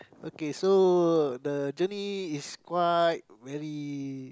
okay so the journey is quite very